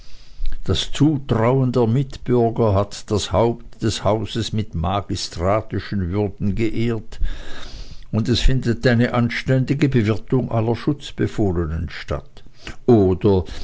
das zutrauen der mitbürger hat das haupt des hauses mit magistratischen würden geehrt und es findet eine anständige bewirtung aller schutzbefohlenen statt oder